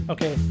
Okay